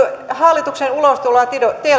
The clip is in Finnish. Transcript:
hallituksen ulostuloa